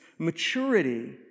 Maturity